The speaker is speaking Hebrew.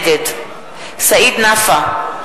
נגד סעיד נפאע,